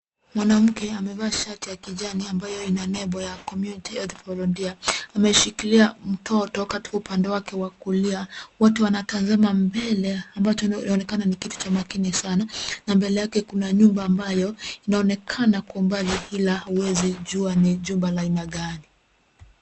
Mwanamke amevaa shati ya kijani ambayo ina nembo ya Community Health Volunteer ameshikilia mtoto katika upande wake wa kulia. Watu wanatazama mbele ambacho yaonekana ni kitu cha makini sana na mbele yake kuna nyumba ambayo inaonekana kwa mbali ila huwezijua ni jumba la aina gani.